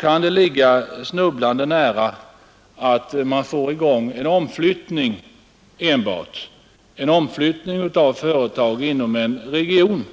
kan ligga snubblande nära att effekten enbart blir en omflyttning av företag inom en region.